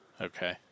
Okay